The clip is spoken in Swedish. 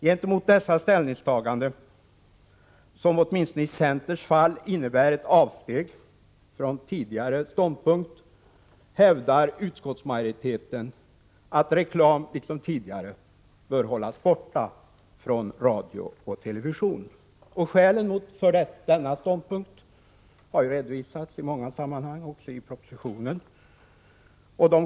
Gentemot dessa ställningstaganden — som, åtminstone vad gäller centern, innebär ett avsteg från tidigare intagen ståndpunkt — hävdar utskottsmajoriteten nu, liksom tidigare, att reklam bör hållas borta från radio och television. Skälen härtill har redovisats i många sammanhang, även i propositionen.